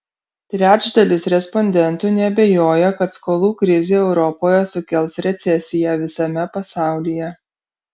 trečdalis respondentų neabejoja kad skolų krizė europoje sukels recesiją visame pasaulyje